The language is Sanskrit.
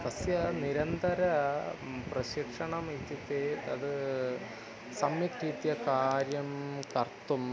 तस्य निरन्तर प्रशिक्षणम् इत्युक्ते तत् सम्यक् रीत्या कार्यं कर्तुं